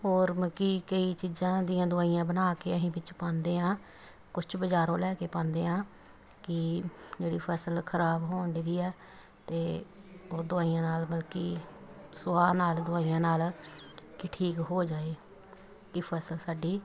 ਔਰ ਮਲਕੀ ਕਈ ਚੀਜ਼ਾਂ ਦੀਆਂ ਦਵਾਈਆਂ ਬਣਾ ਕੇ ਅਸੀਂ ਵਿੱਚ ਪਾਉਂਦੇ ਹਾਂ ਕੁਛ ਬਾਜ਼ਾਰੋਂ ਲੈ ਕੇ ਪਾਉਂਦੇ ਹਾਂ ਕਿ ਜਿਹੜੀ ਫ਼ਸਲ ਖ਼ਰਾਬ ਹੋਣ ਦੀ ਆ ਅਤੇ ਉਹ ਦਵਾਈਆਂ ਨਾਲ ਮਲਕੀ ਸੁਆਹ ਨਾਲ ਦਵਾਈਆਂ ਨਾਲ ਕਿ ਠੀਕ ਹੋ ਜਾਏ ਕਿ ਫ਼ਸਲ ਸਾਡੀ